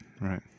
right